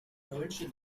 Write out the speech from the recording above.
provincial